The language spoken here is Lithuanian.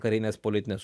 karinės politinės